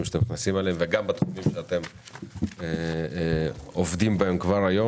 אליהם אתם נכנסים וגם בתחומים שאתם עובדים בהם כבר היום.